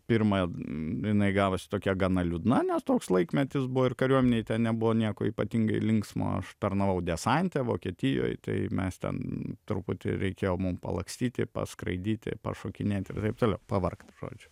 pirma jinai gavosi tokia gana liūdna nes toks laikmetis buvo ir kariuomenėj ten nebuvo nieko ypatingai linksmo aš tarnavau desante vokietijoj tai mes ten truputį reikėjo mums palakstyti paskraidyti pašokinėti ir taip toliau pavargt žodžiu